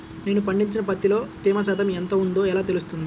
నేను పండించిన పత్తిలో తేమ శాతం ఎంత ఉందో ఎలా తెలుస్తుంది?